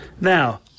Now